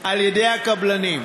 על-ידי הקבלנים.